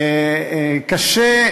קשה,